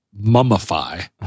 mummify